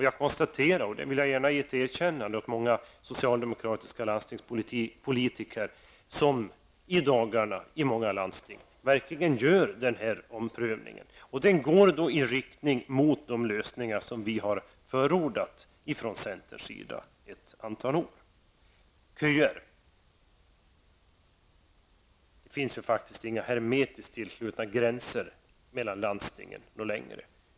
Jag vill gärna ge ett erkännande till många socialdemokratiska landstingspolitiker som i dagarna verkligen gör den här omprövningen. Den går i riktning mot de lösningar som vi i centern har förordat ett antal år. Apropå köer finns det faktiskt inga hermetiskt tillslutna gränser mellan landstingen.